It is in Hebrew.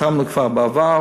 חתמנו כבר בעבר,